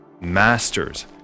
masters